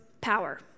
power